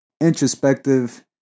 introspective